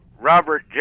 Robert